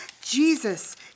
Jesus